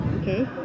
okay